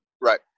Right